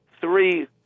three